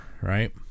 right